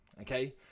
okay